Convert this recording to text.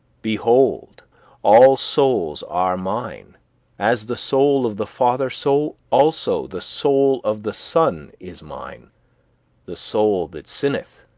behold all souls are mine as the soul of the father, so also the soul of the son is mine the soul that sinneth,